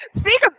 Speak